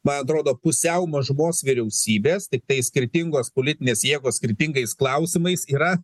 man atrodo pusiau mažumos vyriausybės tiktai skirtingos politinės jėgos skirtingais klausimais yra